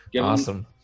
Awesome